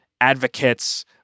advocates